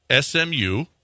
SMU